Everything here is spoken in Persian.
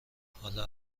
حالا